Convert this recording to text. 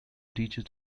teacher